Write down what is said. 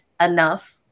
enough